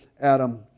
Adam